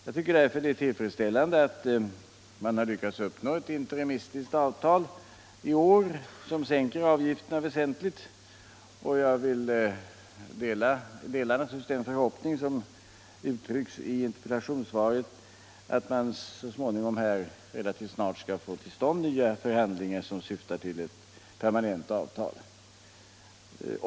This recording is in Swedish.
Det är därför tillfredsställande att man har lyckats uppnå ett interimistiskt avtal i år, som sänker avgifterna väsentligt, och jag delar naturligtvis den förhoppning som uttrycks i interpellationssvaret att man relativt snart skall få till stånd nya förhandlingar som syftar till ett permanent avtal.